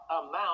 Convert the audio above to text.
amount